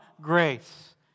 grace